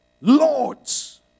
lords